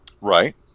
Right